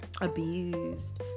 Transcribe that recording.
abused